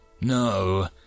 no